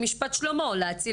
אתם מבינים שאם יש לך ילד בן 15,